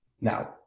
Now